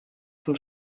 vom